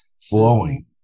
flowing